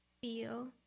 feel